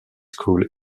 school